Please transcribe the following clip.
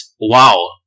wow